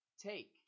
Take